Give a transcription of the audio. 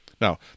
Now